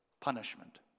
punishment